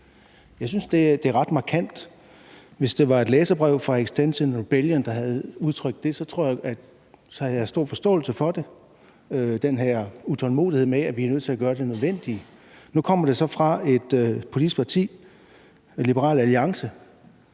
Jeg synes, det er ret markant. Hvis det var udtrykt i et læserbrev fra Extinction Rebellion, ville jeg have haft stor forståelse for det, altså den her utålmodighed med, at vi er nødt til at gøre det nødvendige. Nu kommer det så fra et politisk parti, Liberal Alliance.